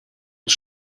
het